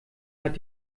hat